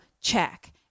check